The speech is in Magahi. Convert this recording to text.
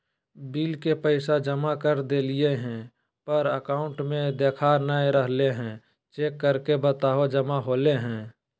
बिल के पैसा जमा कर देलियाय है पर अकाउंट में देखा नय रहले है, चेक करके बताहो जमा होले है?